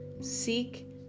seek